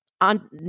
on